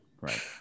right